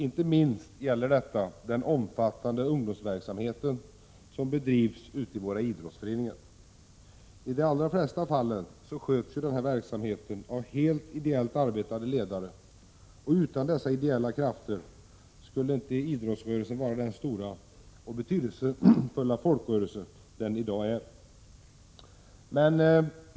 Inte minst gäller detta den omfattande ungdomsverksamhet som bedrivs i våra idrottsföreningar. I de allra flesta fallen sköts denna verksamhet av helt ideellt arbetande ledare, och utan dessa ideella krafter skulle idrottsrörelsen inte vara den stora och betydelsefulla folkrörelse den i dag är.